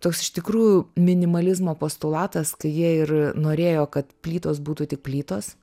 toks iš tikrųjų minimalizmo postulatas kai jie ir norėjo kad plytos būtų tik plytos